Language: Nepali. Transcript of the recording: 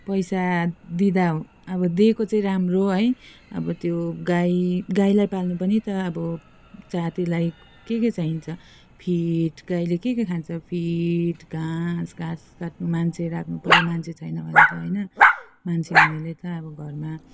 पैसा दिँदा अब दिएको चाहिँ राम्रो है अब त्यो गाई गाईलाई पाल्नु पनि त अब जातिलाई के के चाहिन्छ फिड गाईले के के खान्छ फिड घाँस घाँस काट्न मान्छे राख्नुपर्यो मान्छे छैन भने त होइन मान्छे मैले चाहिँ अब घरमा